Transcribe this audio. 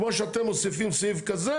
כמו שאתם מוסיפים סעיף כזה,